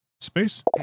space